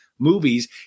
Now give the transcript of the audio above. movies